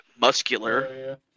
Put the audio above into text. muscular